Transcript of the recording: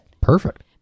Perfect